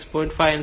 5 7